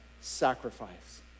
sacrifice